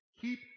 Keep